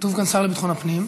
כתוב כאן השר לביטחון הפנים.